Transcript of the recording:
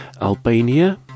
Albania